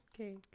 Okay